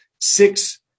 six